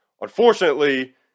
Unfortunately